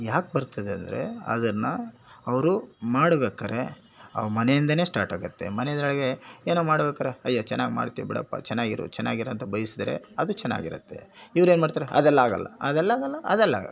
ಯಾಕೆ ಬರ್ತದೆ ಅಂದರೆ ಅದನ್ನು ಅವರು ಮಾಡ್ಬೇಕಾದ್ರೆ ಅವ್ರ ಮನೆಯಿಂದಲೇ ಸ್ಟಾರ್ಟಾಗುತ್ತೆ ಮನೆಗಳಿಗೆ ಏನೋ ಮಾಡ್ಬೇಕಾದ್ರೆ ಅಯ್ಯೋ ಚೆನ್ನಾಗಿ ಮಾಡ್ತೀಯಾ ಬಿಡಪ್ಪ ಚೆನ್ನಾಗಿರು ಚೆನ್ನಾಗಿರು ಅಂತ ಬಯಸಿದರೆ ಅದು ಚೆನ್ನಾಗಿರುತ್ತೆ ಇವ್ರೇನು ಮಾಡ್ತಾರೆ ಅದೆಲ್ಲ ಆಗಲ್ಲ ಅದೆಲ್ಲ ಆಗಲ್ಲ ಅದೆಲ್ಲ ಆಗಲ್ಲ